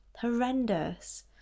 Horrendous